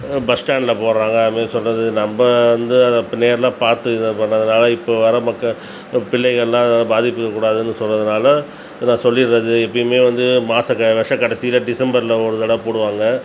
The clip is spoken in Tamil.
பஸ்டாண்டில் போடுறாங்க அதுமாரி சொல்லுறது நம்ப வந்து அதை நேரில் பார்த்து இது பண்ணதுனால இப்போ வர மக்க பிள்ளளைகள்லாம் பாதிக்கக்கூடாதுன்னு சொன்னதுனால இதெலாம் சொல்லிடுறது எப்பையுமே வந்து மாசக்க வருஷக் கடைசியில டிசம்பரில் ஒரு தடவை போடுவாங்க